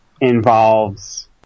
involves